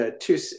two